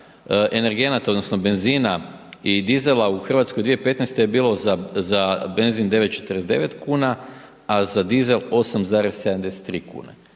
energenata odnosno benzina i dizela u Hrvatskoj 2015. je bilo za benzin 9,49 kn a za dizel 8,73 kn,